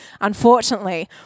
unfortunately